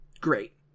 great